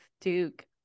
Duke